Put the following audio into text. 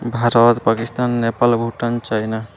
Bharat Pakistan Nepal Bhutan China